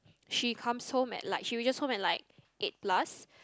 she comes home at like she reaches home at like eight plus